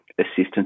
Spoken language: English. assistance